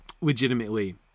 legitimately